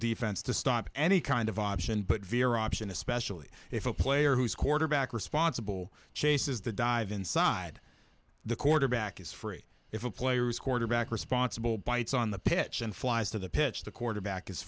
defense to stop any kind of option but veer option especially if a player who is quarterback responsible chases the dive inside the quarterback is free if a player is quarterback responsible bites on the pitch and flies to the pitch the quarterback is